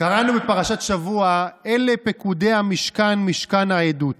קראנו בפרשת השבוע: "אלה פקודי המשכן משכן העֵדֻת",